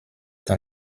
dans